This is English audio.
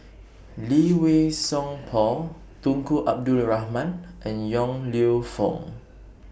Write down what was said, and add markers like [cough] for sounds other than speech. [noise] Lee Wei Song Paul Tunku Abdul Rahman and Yong Lew Foong